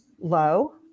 low